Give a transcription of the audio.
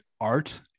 art